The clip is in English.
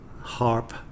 Harp